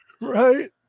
right